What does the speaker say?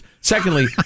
Secondly